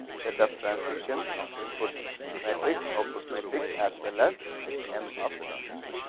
set of transitions, inputs matrix, output matrix as well as m of t zero.